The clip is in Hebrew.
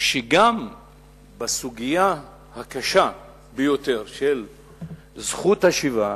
וגם בסוגיה הקשה ביותר של זכות השיבה